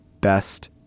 best